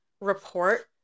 report